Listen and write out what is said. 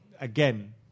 again